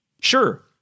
Sure